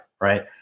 right